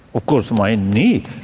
of course my knees.